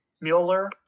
Mueller